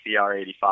CR85